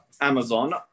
Amazon